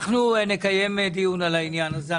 אנחנו נקיים דיון על העניין הזה.